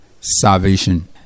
salvation